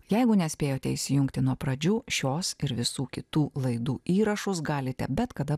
jeigu nespėjote įsijungti nuo pradžių šios ir visų kitų laidų įrašus galite bet kada